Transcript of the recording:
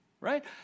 right